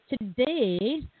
today